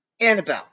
Annabelle